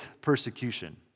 persecution